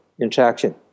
interaction